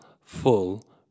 full